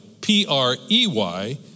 P-R-E-Y